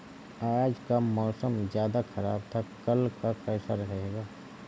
आज का मौसम ज्यादा ख़राब था कल का कैसा रहेगा?